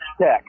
tech